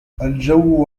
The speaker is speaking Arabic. الجو